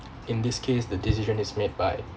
in this case the decision is made by